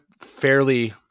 fairly